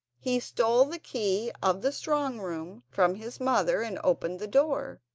he stole the key of the strong room from his mother and opened the door.